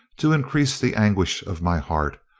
to increase the anguish of my heart,